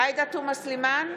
עאידה תומא סלימאן,